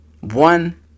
One